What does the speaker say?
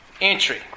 Entry